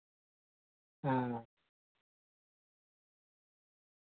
हां